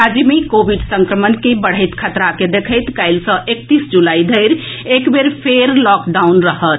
राज्य मे कोविड संक्रमण के बढ़ैत खतरा के देखैत काल्हि सँ एकतीस जुलाई धरि एक बेर फेर लॉकडाउन रहत